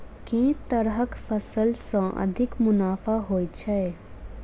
केँ तरहक फसल सऽ अधिक मुनाफा होइ छै?